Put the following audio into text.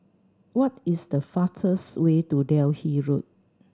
what is the fastest way to Delhi Road